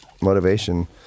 motivation